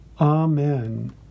amen